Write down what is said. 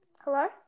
Hello